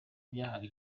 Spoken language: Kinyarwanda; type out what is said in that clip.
byahawe